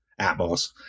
Atmos